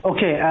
Okay